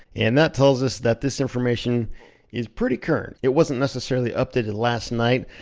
and that tells us that this information is pretty current. it wasn't necessarily updated last night,